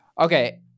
Okay